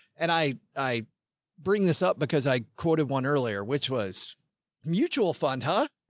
and i, i bring this up because i quoted one earlier, which was mutual fund, huh?